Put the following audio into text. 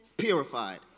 purified